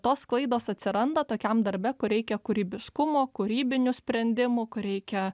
tos klaidos atsiranda tokiam darbe kur reikia kūrybiškumo kūrybinių sprendimų reikia